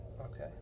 Okay